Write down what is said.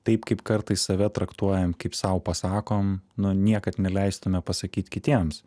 taip kaip kartais save traktuojam kaip sau pasakom nu niekad neleistume pasakyt kitiems